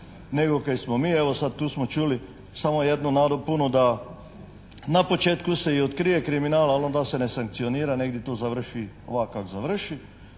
nego kaj smo mi. Evo tu smo čuli samo jednu nadopunu da na početku se i otkrije kriminal, ali onda se ne sankcionira, negdje to završi ovak kak završi.